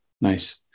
nice